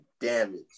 Damage